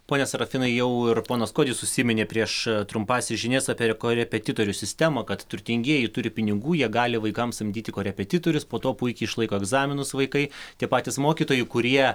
pone serafinai jau ir ponas kuodis užsiminė prieš trumpąsias žinias apie re korepetitorių sistemą kad turtingieji turi pinigų jie gali vaikams samdyti korepetitorius po to puikiai išlaiko egzaminus vaikai tie patys mokytojai kurie